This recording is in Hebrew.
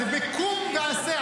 זה קום ועשה,